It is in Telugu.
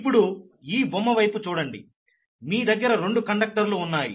ఇప్పుడు ఈ బొమ్మ వైపు చూడండి మీ దగ్గర రెండు కండక్టర్లు ఉన్నాయి